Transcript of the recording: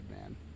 man